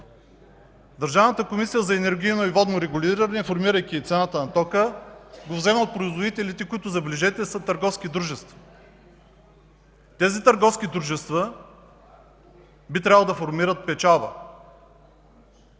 Държавната комисия за енергийно и водно регулиране, формирайки цената на тока, го взема от производителите, които, забележете, са търговски дружества. Тези търговски дружества би трябвало да формират печалба.